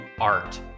art